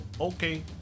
Okay